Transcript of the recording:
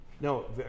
No